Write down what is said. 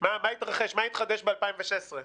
מה התחדש ב-2016?